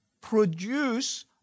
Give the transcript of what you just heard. Produce